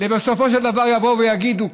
ובסופו של דבר יבואו ויגידו,